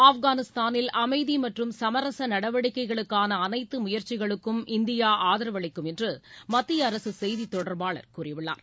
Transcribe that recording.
ஆப்கானிஸ்தானில் அமைதி மற்றும் சமரச நடவடிக்கைகளுக்கான அனைத்து முயற்சிகளுக்கும் இந்தியா ஆதரவு அளிக்கும் என்று மத்திய அரசு செய்தித் தொடர்பாளர் கூறியுள்ளார்